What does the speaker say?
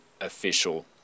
official